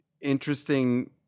interesting